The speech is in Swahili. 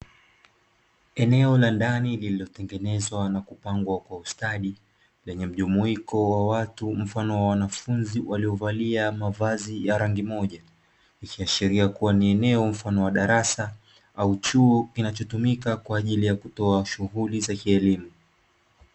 Eneo la ndani lililotengenezwa na kupambwa kwa ustadi lenye mjumuiko wa watu mfano wa wanafunzi waliovalia mavazi ya rangi moja ikiashiria kuwa ni eneo mfano wa darasa au chuo kinachotumika kwa ajili ya kutoa shughuli za kielimu.